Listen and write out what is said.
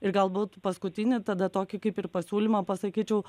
ir galbūt paskutinį tada tokį kaip ir pasiūlymą pasakyčiau